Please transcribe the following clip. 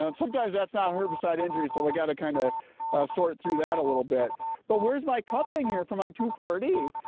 sometimes that's not herbicide injury so we got to kind of sort through that a little bit but where is my cupping here for my two four d,